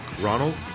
Ronald